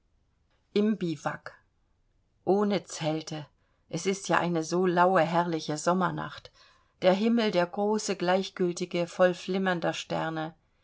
im bivouak ohne zelte es ist ja eine so laue herrliche sommernacht der himmel der große gleichgültige voll flimmernder sterne